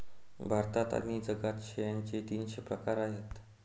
भारतात आणि जगात शेळ्यांचे तीनशे प्रकार आहेत